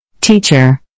Teacher